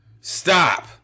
Stop